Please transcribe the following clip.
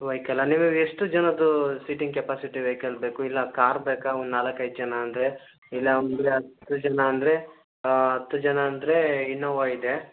ವೈಕಲಾ ನಿಮಗೆಷ್ಟು ಜನದ್ದು seating capacity vehicle ಬೇಕು ಇಲ್ಲಾ ಕಾರ್ ಬೇಕಾ ಒನ್ ನಾಲ್ಕೈದು ಜನ ಅಂದರೆ ಇಲ್ಲಾಂದರೆ ಹತ್ತು ಜನ ಅಂದರೆ ಹತ್ತು ಜನ ಅಂದರೆ ಇನೋವ ಇದೆ